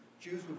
Jews